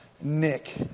Nick